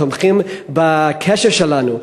תומכים בקשר שלנו,